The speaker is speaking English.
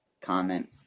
comment